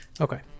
Okay